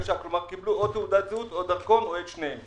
כלומר קיבלו או תעודת זהות או דרכון או את שניהם.